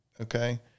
okay